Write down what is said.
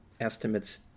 estimates